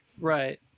Right